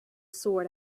sword